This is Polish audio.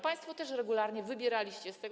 Państwo też regularnie wybieraliście z tego.